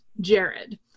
Jared